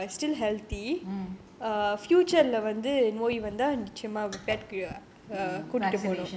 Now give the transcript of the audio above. mm